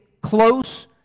close